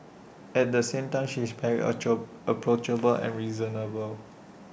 at the same time she is very ancho approachable and reasonable